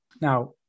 Now